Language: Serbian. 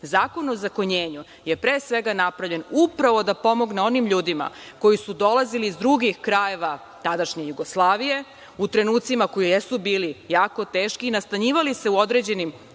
Zakon o ozakonjenju je pre svega napravljen upravo da pomogne onim ljudima koji su dolazili iz drugih krajeva tadašnje Jugoslavije, u trenucima koji jesu bili jako teški, i nastanjivali se u određenim